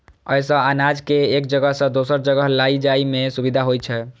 अय सं अनाज कें एक जगह सं दोसर जगह लए जाइ में सुविधा होइ छै